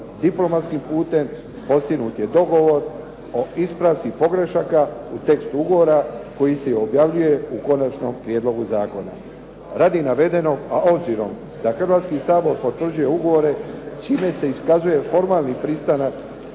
diplomatskim putem postignut je dogovor o ispravci pogrešaka u tekstu ugovora koji se objavljuje u konačnom prijedlogu zakona. Radi navedenog, a obzirom da Hrvatski sabor potvrđuje ugovore čine se iskazuje formalni pristanak